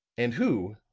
and who,